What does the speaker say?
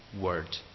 word